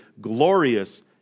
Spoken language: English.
glorious